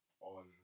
on